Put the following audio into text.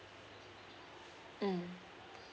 mm